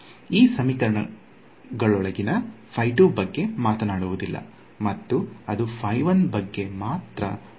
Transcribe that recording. ಈ ಸಮೀಕರಣಗಳೊಳಗಿನ ಬಗ್ಗೆ ಮಾತನಾಡುವುದಿಲ್ಲ ಮತ್ತು ಅದು ಬಗ್ಗೆ ಮಾತ್ರ ಮಾತನಾಡುತ್ತದೆ